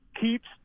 keeps